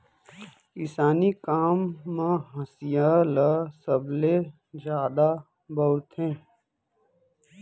किसानी काम म हँसिया ल सबले जादा बउरथे